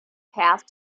path